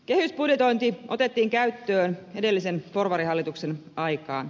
kehysbudjetointi otettiin käyttöön edellisen porvarihallituksen aikaan